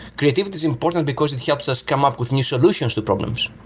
creativity is important, because it helps us come up with new solutions to problems,